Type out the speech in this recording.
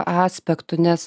aspektų nes